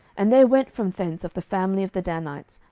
and there went from thence of the family of the danites,